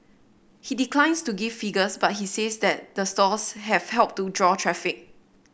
he declines to give figures but he says that the stores have helped to draw traffic